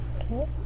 okay